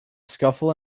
scuffle